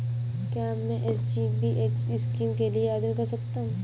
क्या मैं SGB scheme के लिए आवेदन कर सकता हूँ?